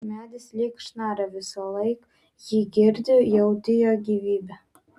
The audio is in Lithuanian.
medis lyg šnara visąlaik jį girdi jauti jo gyvybę